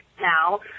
now